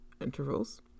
intervals